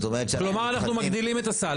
כלומר, אנחנו מגדילים את הסל.